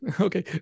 Okay